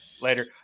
later